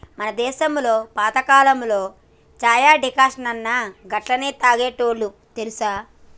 మన దేసంలో పాతకాలంలో చాయ్ డికాషన్ను గట్లనే తాగేటోల్లు తెలుసా